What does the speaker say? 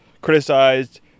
criticized